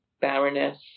Baroness